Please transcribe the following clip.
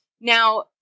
Now